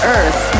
Earth